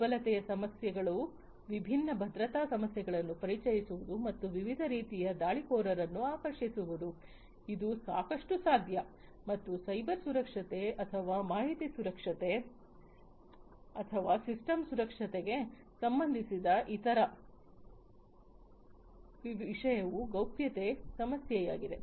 ದುರ್ಬಲತೆಯ ಸಮಸ್ಯೆಗಳು ವಿಭಿನ್ನ ಭದ್ರತಾ ಸಮಸ್ಯೆಗಳನ್ನು ಪರಿಚಯಿಸುವುದು ಮತ್ತು ವಿವಿಧ ರೀತಿಯ ದಾಳಿಕೋರರನ್ನು ಆಕರ್ಷಿಸುವುದು ಇದು ಸಾಕಷ್ಟು ಸಾಧ್ಯ ಮತ್ತು ಸೈಬರ್ ಸುರಕ್ಷತೆ ಅಥವಾ ಮಾಹಿತಿ ಸುರಕ್ಷತೆ ಅಥವಾ ಸಿಸ್ಟಮ್ ಸುರಕ್ಷಿತತೆಗೆ ಸಂಬಂಧಿಸಿದ ಇತರ ವಿಷಯವು ಗೌಪ್ಯತೆ ಸಮಸ್ಯೆಯಾಗಿದೆ